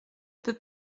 peut